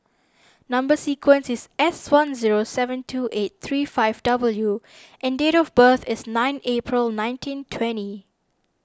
Number Sequence is S one zero seven two eight three five W and date of birth is nine April nineteen twenty